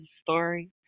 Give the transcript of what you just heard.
story